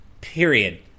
period